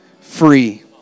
free